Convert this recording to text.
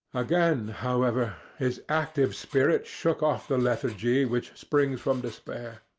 again, however, his active spirit shook off the lethargy which springs from despair.